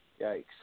Yikes